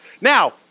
Now